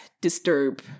disturb